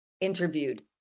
interviewed